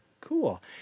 cool